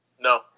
No